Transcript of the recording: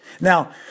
Now